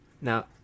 Now